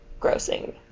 grossing